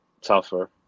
tougher